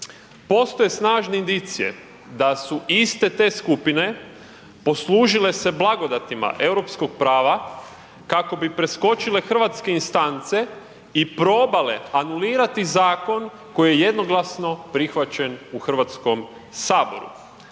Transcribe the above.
Postoje snažne indicije da su iste te skupine poslužile se blagodatima Europskog prava kako bi preskočile hrvatske instance i probale anulirati zakon koji je jednoglasno prihvaćen u HS.